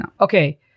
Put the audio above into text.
Okay